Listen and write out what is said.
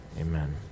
amen